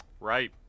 right